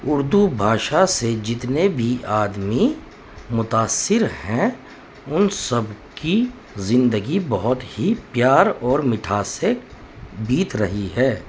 اردو بھاشا سے جتنے بھی آدمی متاثر ہیں ان سب کی زندگی بہت ہی پیار اور مٹھاس سے بیت رہی ہے